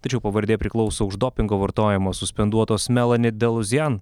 tačiau pavardė priklauso už dopingo vartojimą suspenduotos melani deluzijan